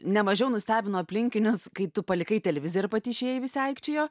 ne mažiau nustebino aplinkinius kai tu palikai televiziją ir pati išėjai visi aikčiojo